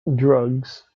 drugs